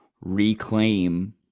reclaim